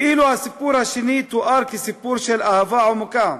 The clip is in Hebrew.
ואילו הסיפור השני תואר כסיפור של אהבה עמוקה,